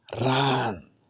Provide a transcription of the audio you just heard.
run